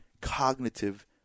cognitive